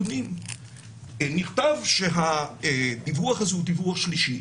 אני מצטרפת פה לדברי חברי,